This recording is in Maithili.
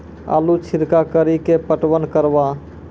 आलू छिरका कड़ी के पटवन करवा?